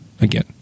again